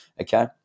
okay